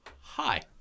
Hi